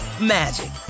magic